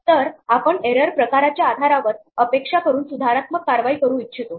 तर आपण एरर प्रकाराच्या आधारावर अपेक्षा करून सुधारात्मक कारवाई करू इच्छितो